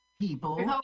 people